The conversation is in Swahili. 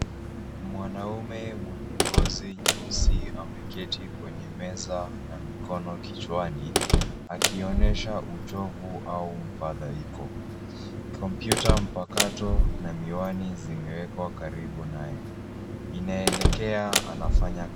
Mwanaume mwenye ngozi nyeusi ameketi kwenye meza na mkiono kichwani akionyesha uchovu au mfadhaiko. Kompyuta mpakato na miwani zimewekwa karibu naye. Inaelekea anafanya kazi...